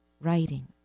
writing